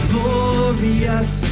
Glorious